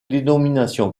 dénomination